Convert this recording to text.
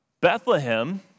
Bethlehem